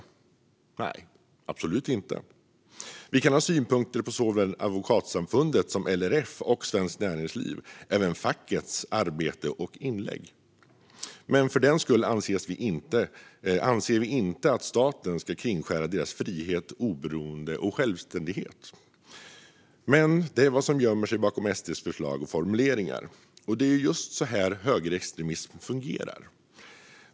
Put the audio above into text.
Nej, absolut inte. Vi kan ha synpunkter på såväl Advokatsamfundet som LRF och Svenskt Näringsliv samt även fackens arbete och inlägg. Men för den skull anser vi inte att staten ska kringskära deras frihet, oberoende och självständighet. Men det är vad som gömmer sig bakom SD:s förslag och formuleringar. Det är just så högerextremism fungerar.